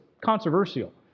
controversial